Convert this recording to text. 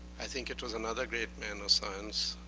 i think it was another great man of science,